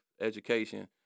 education